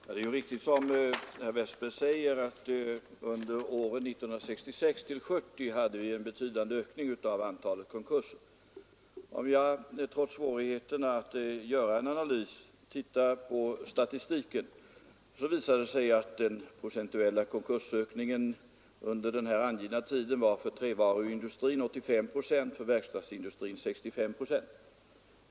Fru talman! Det är riktigt som herr Westberg i Ljusdal säger att vi under åren 1966—1970 hade en betydande ökning av antalet konkurser. Om man tittar på statistiken finner man trots svårigheterna att göra en analys, att den procentuella konkursökningen under den här angivna tiden för trävaruindustrin var 85 procent och för verkstadsindustrin 65 procent.